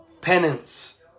penance